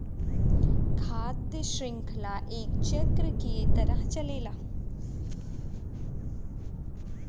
खाद्य शृंखला एक चक्र के तरह चलेला